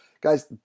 Guys